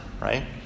right